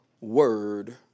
Word